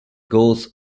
goes